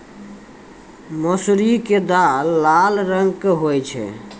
मौसरी के दाल लाल रंग के होय छै